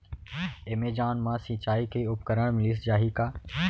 Amazon मा सिंचाई के उपकरण मिलिस जाही का?